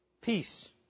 peace